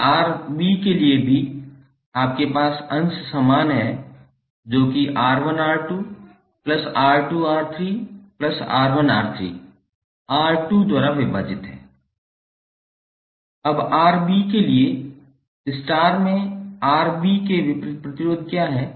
बस Rb के लिए भी आपके पास अंश समान है जो कि 𝑅1𝑅2𝑅2𝑅3𝑅1𝑅3 R2 द्वारा विभाजित है अब Rb के लिए स्टार में Rb के विपरीत प्रतिरोध क्या है